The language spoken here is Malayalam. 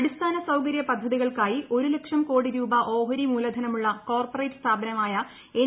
അടിസ്ഥാന സൌകര്യ പദ്ധതികൾക്കായി ഒരു ലക്ഷം കോടി രൂപ ഓഹരി മൂലധനമുള്ള കോർപ്പറേറ്റ് സ്ഥാപനമായ എൻ